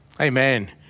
Amen